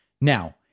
Now